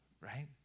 right